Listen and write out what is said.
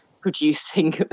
producing